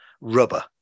Rubber